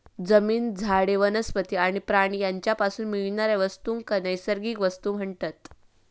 जमीन, झाडे, वनस्पती आणि प्राणी यांच्यापासून मिळणाऱ्या वस्तूंका नैसर्गिक वस्तू म्हणतत